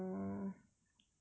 mm